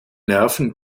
nerven